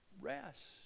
rest